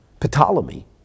Ptolemy